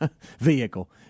vehicle